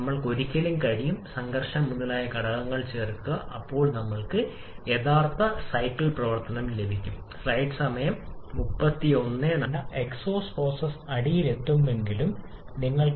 ഇവയ്ക്കെല്ലാം 10 15 സ്വാധീനം ചെലുത്താനാകും ഇത് യഥാർത്ഥ സൈക്കിൾ കാര്യക്ഷമത കുറയ്ക്കുന്നു ഇന്ധന വായു കാര്യക്ഷമതയിലേക്ക്